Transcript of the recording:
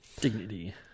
Dignity